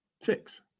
Six